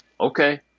okay